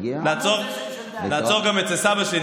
נעצור גם אצל סבא שלי,